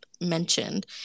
mentioned